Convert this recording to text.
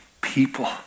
people